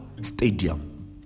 Stadium